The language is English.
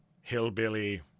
hillbilly